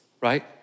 right